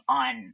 on